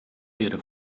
ihre